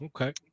Okay